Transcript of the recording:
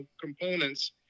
components